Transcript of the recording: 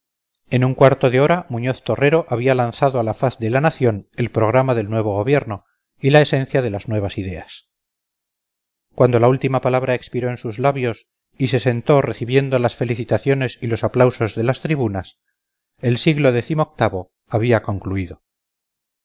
en un cuarto de hora muñoz torrero había lanzado a la faz de la nación el programa del nuevo gobierno y la esencia de las nuevas ideas cuando la última palabra expiró en sus labios y se sentó recibiendo las felicitaciones y los aplausos de las tribunas el siglo décimo octavo había concluido